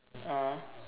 ah